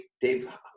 Dave